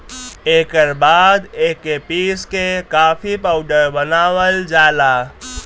एकर बाद एके पीस के कॉफ़ी पाउडर बनावल जाला